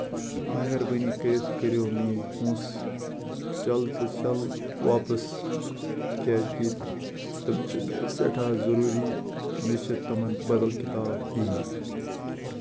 مہربٲنۍ کٔرِتھ کٔرِو میٲنۍ پونسہٕ جلد سے جلد واپَس کیازِ کہِ تِم چھِ مےٚ سٮ۪ٹھاہ ضروٗری مےٚ چھُ تِمَن بدل کِتاب ہیٚنۍ